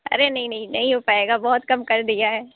ارے نہیں نہیں نہیں ہو پائے گا بہت کم کر دیا ہے